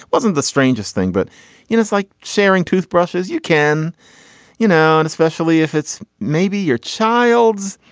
wasn't the strangest thing but you know it's like sharing toothbrushes you can you know and especially if it's maybe your child's.